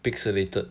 pixelated